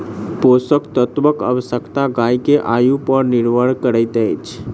पोषक तत्वक आवश्यकता गाय के आयु पर निर्भर करैत अछि